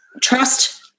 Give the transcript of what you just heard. trust